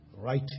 right